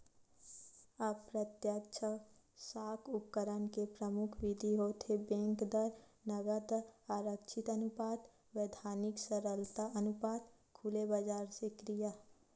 अप्रत्यक्छ साख उपकरन के परमुख बिधि होथे बेंक दर, नगद आरक्छित अनुपात, बैधानिक तरलता अनुपात, खुलेबजार के क्रिया